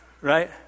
right